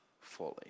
fully